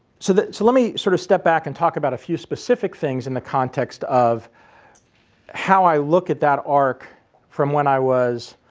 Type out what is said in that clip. so so let me sort of step back and talk about a few specific things in the context of how i look at that arc from when i was